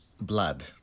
blood